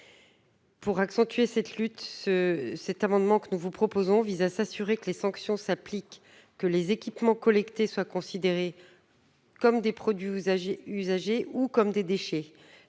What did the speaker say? Pour intensifier cette lutte, l'amendement que nous vous proposons vise à s'assurer que les sanctions sont appliquées, que les équipements collectés sont considérés comme des produits usagés ou comme des déchets.